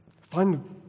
Find